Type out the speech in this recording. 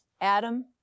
Adam